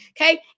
Okay